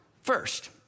first